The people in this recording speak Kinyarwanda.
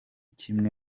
kimwe